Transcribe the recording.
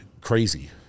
crazy